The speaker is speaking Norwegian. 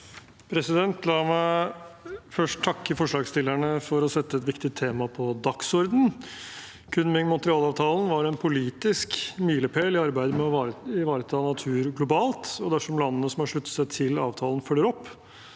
La meg først takke forslagsstillerne for at de setter et viktig tema på dagsordenen. Kunming–Montreal-avtalen var en politisk milepæl i arbeidet med å ivareta natur globalt, og dersom landene som har sluttet seg til avtalen, følger opp,